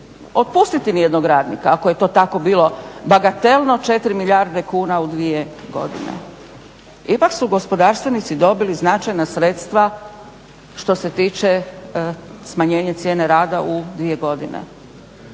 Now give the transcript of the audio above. otpustiti ni jednog radnika ako je to tako bilo bagatelno 4 milijarde kuna u dvije godine. Ipak su gospodarstvenici dobili značajna sredstva što se tiče smanjenje cijene rada u dvije godine.